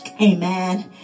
Amen